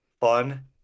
fun